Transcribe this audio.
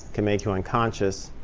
can make you unconscious.